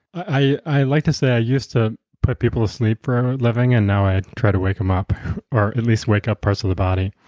i i like to say i used to put people to sleep for a living and now i try to wake them up or at least wake up parts of the body.